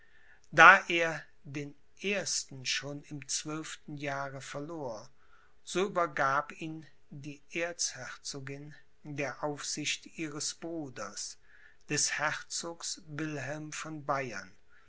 da er den ersten schon im zwölften jahre verlor so übergab ihn die erzherzogin der aufsicht ihres bruders des herzogs wilhelm von bayern